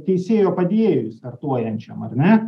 teisėjo padėjėjui startuojančiam ar ne